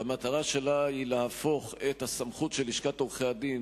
והמטרה שלה היא להפוך את הסמכות של לשכת עורכי-הדין